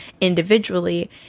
individually